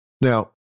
Now